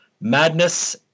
Madness